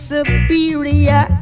Superior